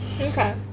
Okay